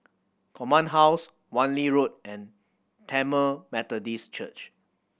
Command House Wan Lee Road and Tamil Methodist Church